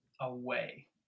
away